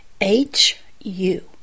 H-U